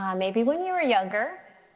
maybe when you were younger,